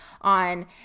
on